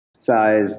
size